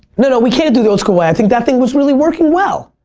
no, we can't do the old-school way. i think that thing was really working well.